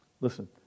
Listen